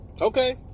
Okay